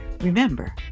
Remember